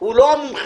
הוא לא המומחה,